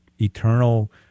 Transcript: eternal